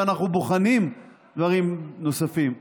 ואנחנו בוחנים דברים נוספים,